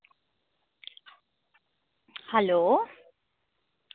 hello